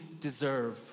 deserve